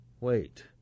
wait